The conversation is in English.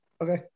okay